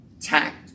tact